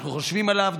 אנחנו חושבים עליו,